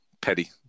petty